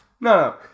no